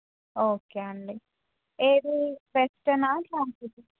okay అండి ఏది వెస్ట్రనా సాంస్కృతిక